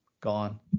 gone